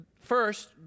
first